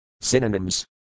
Synonyms